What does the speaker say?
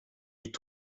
est